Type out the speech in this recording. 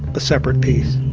a separate peace.